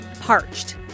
Parched